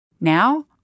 Now